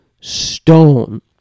stone